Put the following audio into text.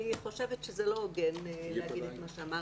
אני חושבת שזה לא הוגן להגיד את מה שאמרת.